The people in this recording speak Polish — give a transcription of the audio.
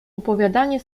opowiadanie